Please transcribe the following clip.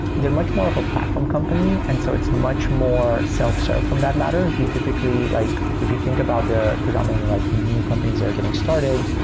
they're much more of a platform company. and so it's much more self serve from that matter. you typically like if you think about the predominantly like new companies are getting started,